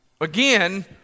again